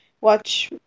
watch